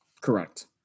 Correct